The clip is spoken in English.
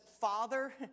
Father